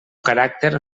caràcter